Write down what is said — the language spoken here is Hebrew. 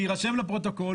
שיירשם בפרוטוקול,